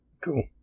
cool